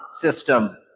system